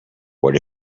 what